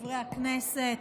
לחברי הכנסת.